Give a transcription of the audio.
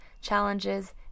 challenges